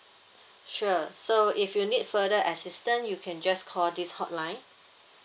sure so if you need further assistant you can just call this hotline